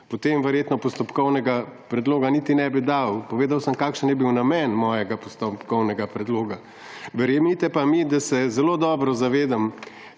potem verjetno postopkovnega predloga niti ne bi dal. Povedal sem, kakšen je bil namen mojega postopkovnega predloga. Verjemite pa mi, da se zelo dobro zavedam,